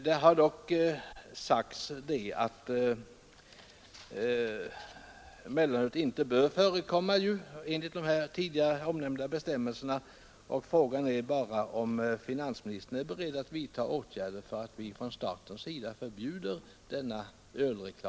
Det har dock sagts att mellanölet inte bör förekomma enligt de här tidigare omnämnda bestämmelserna.